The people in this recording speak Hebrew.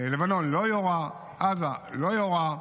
לבנון לא יורה, עזה לא יורה,